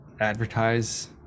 advertise